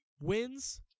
wins